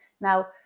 Now